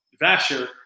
Vasher